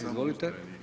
Izvolite.